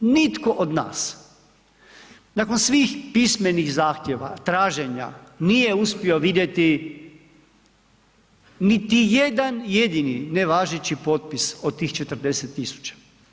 Nitko od nas, nakon svih pismenih zahtjeva, traženja nije uspio vidjeti niti jedan jedini nevažeći potpis od tih 40.000.